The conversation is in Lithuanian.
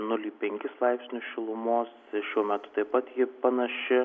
nulį penkis laipsnius šilumos šiuo metu taip pat ji panaši